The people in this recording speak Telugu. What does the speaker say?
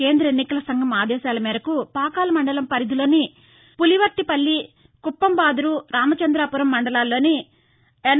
కేంద్ర ఎన్నికల సంఘం ఆదేశాలమేరకు పాకాల మండల పరిధిలోని పులివర్తిపల్లి కుప్పంబాదురు రామచందాపురం మండలంలోని ఎన్